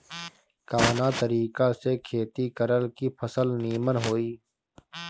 कवना तरीका से खेती करल की फसल नीमन होई?